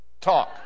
Talk